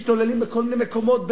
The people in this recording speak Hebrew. משתוללים בכל מיני מקומות,